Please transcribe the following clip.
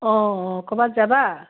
অঁ ক'ৰবাত যাবা